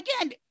Again